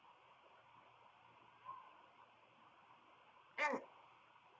mm